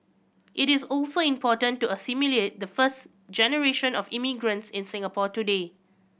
it is also important to assimilate the first generation of immigrants in Singapore today